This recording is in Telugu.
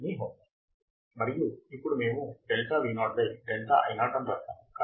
మీ హోంవర్క్ మరియు ఇప్పుడు మేము delta Vo by delta Io అని వ్రాసాము